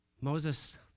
Moses